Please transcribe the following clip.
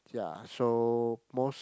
ya so most